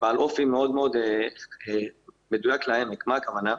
בעל אופי מאוד מדויק לעמק ואומר מה הכוונה.